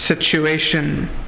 situation